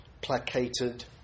placated